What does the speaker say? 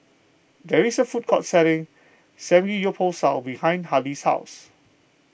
there is a food court selling Samgeyopsal behind Halley's house